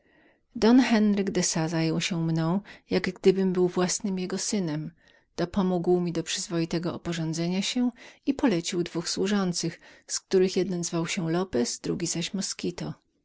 don henryk de sa zajął się mną jak gdybym był własnym jego synem dopomógł mi do przyzwoitego oporządzenia się i polecił dwóch służących z których jeden zwał się lopez drugi zaś moskito